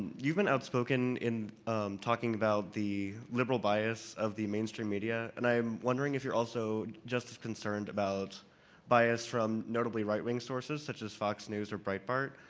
you've been outspoken in talking about the liberal bias of the mainstream media, and i'm wondering if you're also just as concerned about bias from notably right-wing sources, such as fox news or breitbart,